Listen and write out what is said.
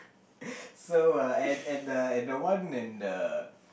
so uh and and the and the one and the